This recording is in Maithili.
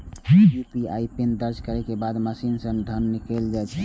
यू.पी.आई पिन दर्ज करै के बाद मशीन सं धन निकैल जायत